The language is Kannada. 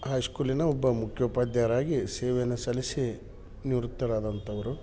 ಹೈಶ್ಕೂಲಿನ ಒಬ್ಬ ಮುಖ್ಯೋಪಾಧ್ಯಾಯರಾಗಿ ಸೇವೆಯನ್ನು ಸಲ್ಲಿಸಿ ನಿವೃತ್ತರಾದಂಥವರು